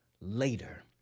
later